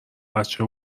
بچه